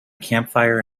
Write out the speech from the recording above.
campfire